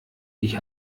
ich